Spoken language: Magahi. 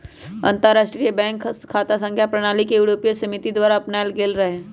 अंतरराष्ट्रीय बैंक खता संख्या प्रणाली यूरोपीय समिति द्वारा अपनायल गेल रहै